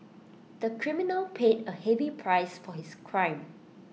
the criminal paid A heavy price for his crime